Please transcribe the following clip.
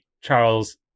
charles